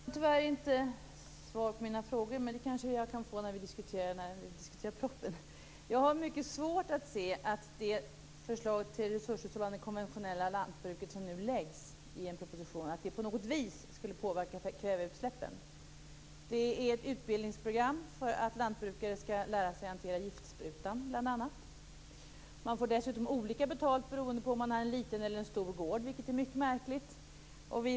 Herr talman! Det var tyvärr inte svar på mina frågor, men det kan jag kanske få när vi diskuterar propositionen. Jag har mycket svårt att se att det förslag till resurshushållande i det konventionella lantbruket som nu läggs fram i en proposition på något vis skulle påverka kväveutsläppen. Det är ett utbildningsprogram som syftar till att lantbrukare skall lära sig att hantera giftsprutan, bl.a. Man får dessutom olika betalt beroende på om man har en liten eller stor gård, vilket är mycket märkligt.